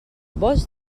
vols